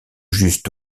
juste